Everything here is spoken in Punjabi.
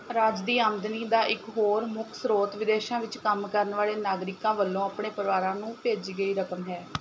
ਰਾਜ ਦੀ ਆਮਦਨੀ ਦਾ ਇੱਕ ਹੋਰ ਮੁੱਖ ਸਰੋਤ ਵਿਦੇਸ਼ਾਂ ਵਿੱਚ ਕੰਮ ਕਰਨ ਵਾਲ਼ੇ ਨਾਗਰਿਕਾਂ ਵੱਲੋਂ ਆਪਣੇ ਪਰਿਵਾਰਾਂ ਨੂੰ ਭੇਜੀ ਗਈ ਰਕਮ ਹੈ